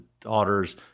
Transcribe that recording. daughters